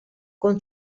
con